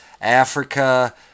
Africa